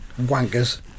wankers